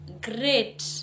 great